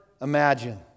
imagine